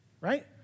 right